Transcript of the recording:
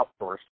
outsourced